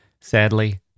sadly